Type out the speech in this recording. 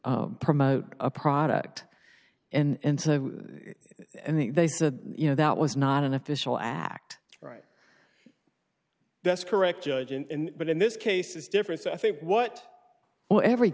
promote a product and so i think they said you know that was not an official act right that's correct judge and but in this case is different so i think what what every